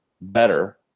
better